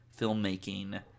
filmmaking